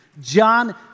John